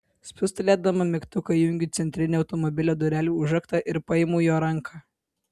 spustelėdama mygtuką įjungiu centrinį automobilio durelių užraktą ir paimu jo ranką